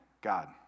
God